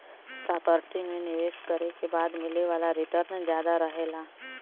property में निवेश करे के बाद मिले वाला रीटर्न जादा रहला